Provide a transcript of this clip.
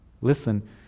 Listen